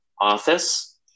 office